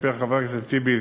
סיפר חבר הכנסת טיבי,